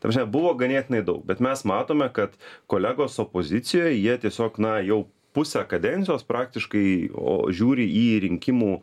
ta prasme buvo ganėtinai daug bet mes matome kad kolegos opozicijoj jie tiesiog na jau pusę kadencijos praktiškai o žiūri į rinkimų